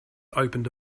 opened